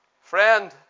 Friend